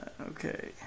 Okay